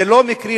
זה לא מקרי,